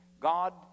God